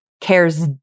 cares